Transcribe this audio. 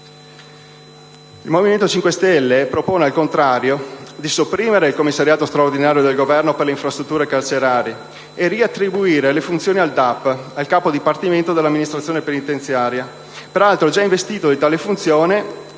Il Movimento Cinque Stelle propone, al contrario, di sopprimere il Commissariato straordinario del Governo per le infrastrutture carcerarie e riattribuire le funzioni al Capo del Dipartimento dell'amministrazione penitenziaria (DAP), peraltro già investito di tale funzione